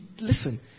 Listen